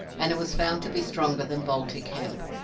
and it was found to be stronger than baltic hemp.